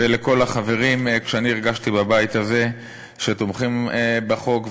ולכל החברים בבית הזה שהרגשתי שהם תומכים בחוק,